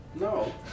no